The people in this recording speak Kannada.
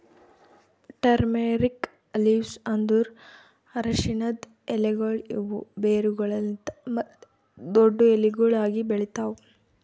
ಟರ್ಮೇರಿಕ್ ಲೀವ್ಸ್ ಅಂದುರ್ ಅರಶಿನದ್ ಎಲೆಗೊಳ್ ಇವು ಬೇರುಗೊಳಲಿಂತ್ ಮತ್ತ ದೊಡ್ಡು ಎಲಿಗೊಳ್ ಆಗಿ ಬೆಳಿತಾವ್